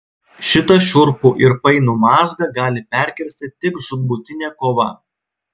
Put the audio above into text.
šitą šiurpų ir painų mazgą gali perkirsti tik žūtbūtinė kova